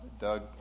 Doug